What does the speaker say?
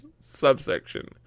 subsection